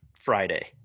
Friday